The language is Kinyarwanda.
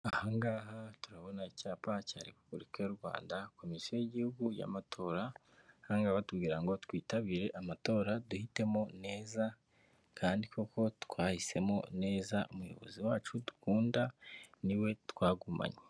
Ahangaha turabona icyapa cya Repubulika y'u Rwanda komisiyo y'igihugu y'amatora, ahangaha bakaba batubwira ngo twitabire amatora duhitemo neza kandi koko twahisemo neza umuyobozi wacu dukunda niwe twagumanye.